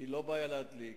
כי לא בעיה להדליק.